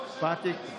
אדוני היושב-ראש,